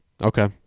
Okay